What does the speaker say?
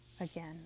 Again